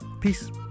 Peace